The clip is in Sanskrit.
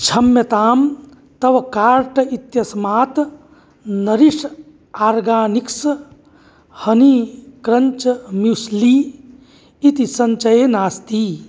क्षम्यताम् तव कार्ट् इत्यस्मात् Nourish Organics honey crunch muesli इति सञ्चये नास्ति